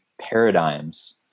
paradigms